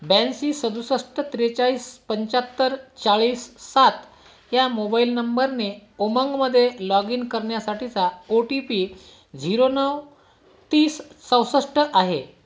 ब्याऐंशी सदुसष्ठ त्रेचाळीस पंचाहत्तर चाळीस सात ह्या मोबाइल नंबरने उमंगमध्ये लॉग इन करण्यासाठीचा ओ टी पी झिरो नऊ तीस चौसष्ठ आहे